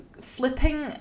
flipping